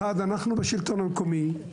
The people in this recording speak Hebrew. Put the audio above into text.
אנחנו בשלטון המקומי,